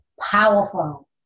powerful